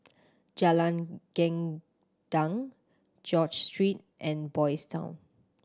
Jalan Gendang George Street and Boys' Town